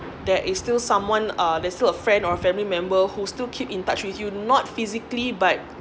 there is still someone uh there's still a friend or a family member who still keep in touch with you not physically but